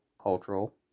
cultural